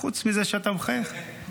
חוץ מזה שאתה מחייך?